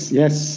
yes